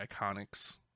Iconics